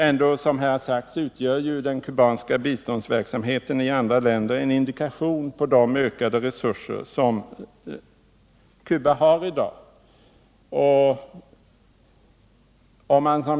Ändå utgör, som det här har sagts, den kubanska biståndsverksamheten i andra länder en indikation på ökade resurser som Cuba har i dag.